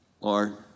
Lord